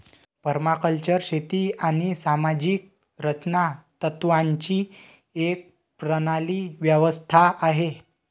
permaculture शेती आणि सामाजिक रचना तत्त्वांची एक प्रणाली व्यवस्था आहे